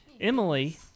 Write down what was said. Emily